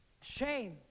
Shame